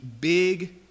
big